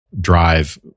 drive